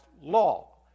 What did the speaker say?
law